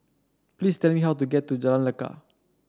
please tell me how to get to Jalan Lekar